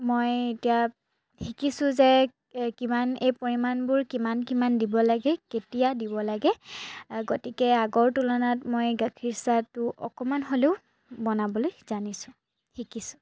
মই এতিয়া শিকিছোঁ যে কিমান এই পৰিমাণবোৰ কিমান কিমান দিব লাগে কেতিয়া দিব লাগে গতিকে আগৰ তুলনাত মই গাখীৰ চাহটো অকণমান হ'লেও বনাবলৈ জানিছোঁ শিকিছোঁ